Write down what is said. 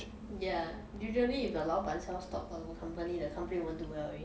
ya usually if the 老板 sells stocks of the company the company won't do well already